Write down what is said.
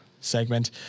segment